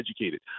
educated